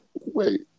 Wait